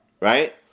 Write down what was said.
right